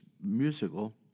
musical